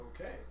Okay